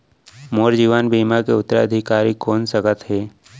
मोर जीवन बीमा के उत्तराधिकारी कोन सकत हे?